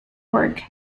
work